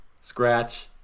Scratch